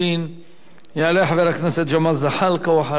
יעלה חבר הכנסת ג'מאל זחאלקה, ואחריו,